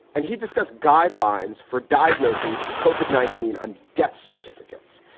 and he discussed guidelines for diagnosing covered nineteen on death certificates.